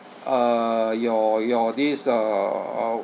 uh your your this uh